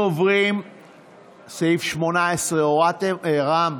הסתייגות מס' 18, לסעיף 3,